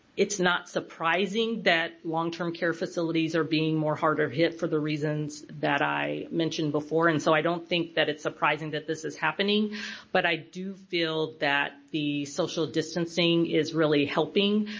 it's not surprising that long-term care facilities are being more harder hit for the reasons that i mentioned before and so i don't think that it's surprising that this is happening but i do feel that the social distancing is really helping.